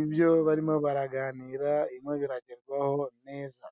ibyo barimo baraganira birimo biragerwaho neza.